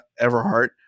everhart